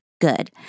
good